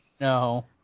No